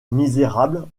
misérable